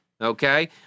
okay